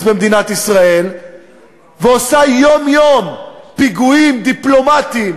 במדינת ישראל ועושה יום-יום פיגועים דיפלומטיים,